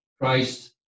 Christ